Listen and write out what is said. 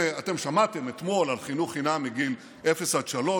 שמעתם אתמול על חינוך חינם מגיל אפס על שלוש,